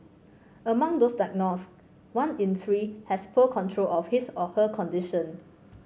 among those diagnosed one in three has poor control of his or her condition